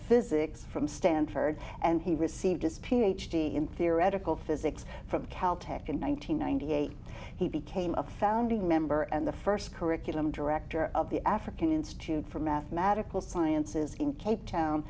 physics from stanford and he received his ph d in theoretical physics from cal tech in one nine hundred ninety eight he became a founding member and the first curriculum director of the african institute for mathematical sciences in capetown